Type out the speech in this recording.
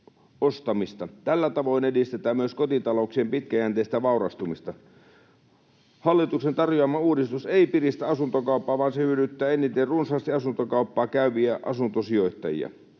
Tällä tavoin edistetään myös kotitalouksien pitkäjänteistä vaurastumista. Hallituksen tarjoama uudistus ei piristä asuntokauppaa, vaan se hyödyttää eniten runsaasti asuntokauppaa käyviä asuntosijoittajia.